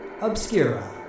Obscura